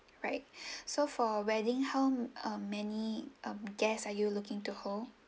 right so for wedding how um many um guests are you looking to hold